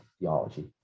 theology